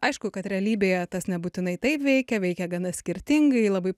aišku kad realybėje tas nebūtinai taip veikė veikė gana skirtingai labai